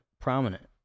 prominent